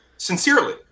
sincerely